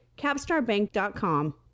capstarbank.com